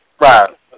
Right